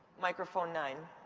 microphone nine.